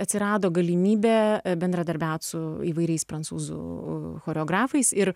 atsirado galimybė bendradarbiaut su įvairiais prancūzų choreografais ir